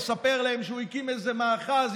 יספר להם שהוא הקים איזה מאחז,